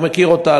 הוא מכיר אותה,